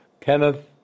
Kenneth